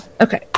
okay